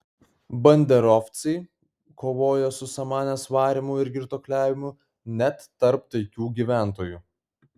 banderovcai kovojo su samanės varymu ir girtuokliavimu net tarp taikių gyventojų